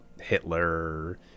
Hitler